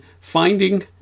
finding